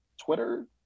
twitter